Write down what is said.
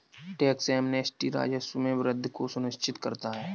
tax amnesty राजस्व में वृद्धि को सुनिश्चित करता है